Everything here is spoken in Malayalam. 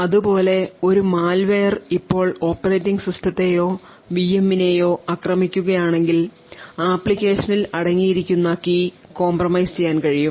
അതുപോലെ ഒരു malware ഇപ്പോൾ ഓപ്പറേറ്റിംഗ് സിസ്റ്റത്തെയോ വിഎമ്മിനെയോ ആക്രമിക്കുകയാണെങ്കിൽ അപ്ലിക്കേഷനിൽ അടങ്ങിയിരിക്കുന്ന കീ compromise ചെയ്യാൻ കഴിയും